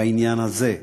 בעניין הזה.